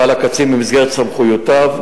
הקצין פעל במסגרת סמכויותיו,